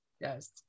Yes